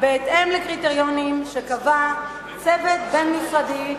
בהתאם לקריטריונים שקבע צוות בין-משרדי,